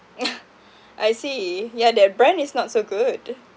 I see yeah that brand is not so good